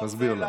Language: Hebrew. תסביר לו.